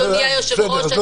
אדוני היושב-ראש,